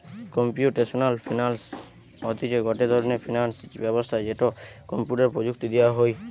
computational finance হতিছে গটে ধরণের ফিনান্স ব্যবস্থা যেটো কম্পিউটার প্রযুক্তি দিয়া হই